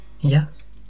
Yes